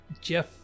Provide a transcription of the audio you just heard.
Jeff